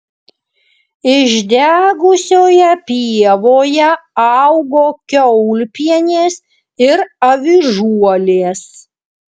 išdegusioje pievoje augo kiaulpienės ir avižuolės